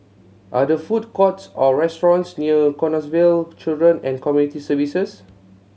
are there food courts or restaurants near Canossaville Children and Community Services